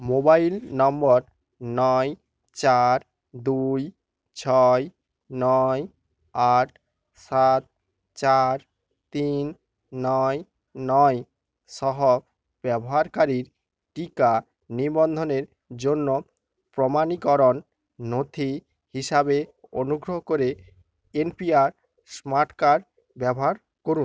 mobile নম্বর নয় চার দুই ছয় নয় আট সাত চার তিন নয় নয় সহ ব্যবহারকারীর টিকা নিবন্ধনের জন্য প্রমাণীকরণ নথি হিসাবে অনুগ্রহ করে এনপিআর স্মার্ট কার্ড ব্যবহার করুন